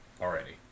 Already